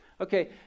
Okay